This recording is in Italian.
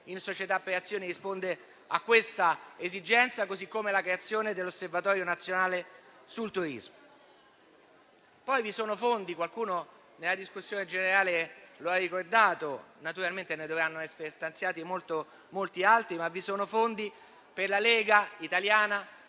in società per azioni risponde a questa esigenza, così come la creazione dell'Osservatorio nazionale sul turismo. Poi vi sono fondi - qualcuno